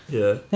ya